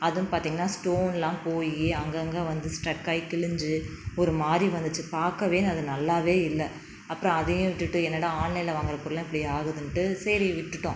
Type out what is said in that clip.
அதுவும் பார்த்திங்கனா ஸ்டோன்லாம் போய் அங்கங்கே வந்து ஸ்ட்ரக்காகி கிழிஞ்சு ஒரு மாதிரி வந்துச்சு பார்க்கவே அது நல்லாவே இல்லை அப்புறம் அதையும் விட்டுட்டு என்னடா ஆன்லைனில் வாங்குகிற பொருள்லாம் இப்படி ஆகுதுன்ட்டு சரி விட்டுட்டோம்